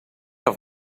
off